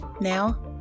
Now